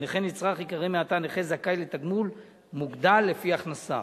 "נכה נצרך" ייקרא מעתה "נכה זכאי לתגמול מוגדל לפי הכנסה",